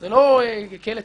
ולא את מערכת